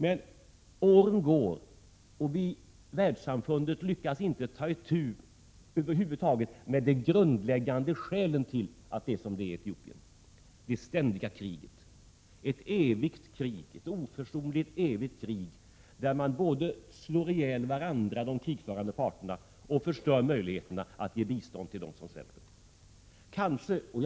Men åren går, och världssamfundet lyckas över huvud taget inte ta itu med de grundläggande skälen till att det är som det är i Etiopien: det ständiga kriget, ett oförsonligt evigt krig, där de krigförande parterna både slår ihjäl varandra och förstör möjligheterna att ge bistånd till dem som svälter.